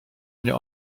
mnie